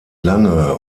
lange